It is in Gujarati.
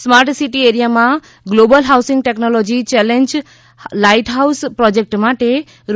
સ્માર્ટસીટી એરિયામાં global housing technology challenge light house project માટે રૂ